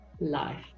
life